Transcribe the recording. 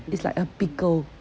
it's like a pickle